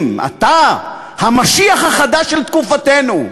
אם אתה המשיח החדש של תקופתנו,